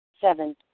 Seven